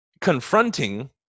confronting